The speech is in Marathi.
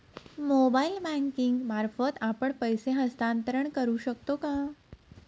मोबाइल बँकिंग मार्फत आपण पैसे हस्तांतरण करू शकतो का?